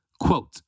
Quote